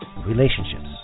relationships